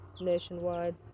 nationwide